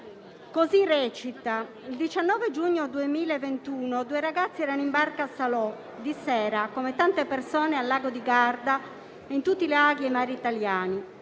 così recita: «Il 19 giugno 2021 due ragazzi erano in barca a Salò, di sera, come tante persone al lago di Garda e in tutti i laghi e mari italiani.